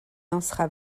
lancera